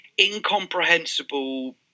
incomprehensible